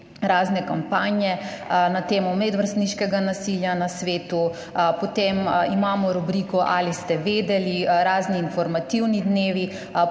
razne kampanje na temo medvrstniškega nasilja na spletu, potem imamo rubriko Ali ste vedeli?, razne informativne dneve.